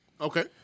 Okay